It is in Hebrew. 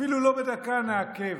אפילו לא בדקה נעכב,